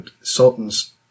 sultan's